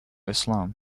islam